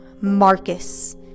Marcus